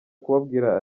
kubabwira